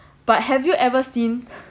but have you ever seen